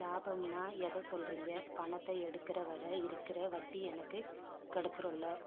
லாபம்னால் எதை சொல்கிறீங்க பணத்தை எடுக்கிற வரை இருக்கிற வட்டி எனக்கு கிடைச்சிரும்ல